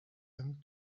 them